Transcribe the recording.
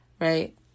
Right